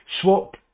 swap